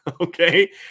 Okay